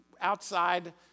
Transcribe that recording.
outside